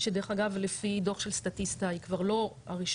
שדרך אגב לפי דו"ח של סטטיסטה היא כבר לא הראשונה.